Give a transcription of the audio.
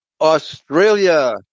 Australia